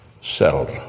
settled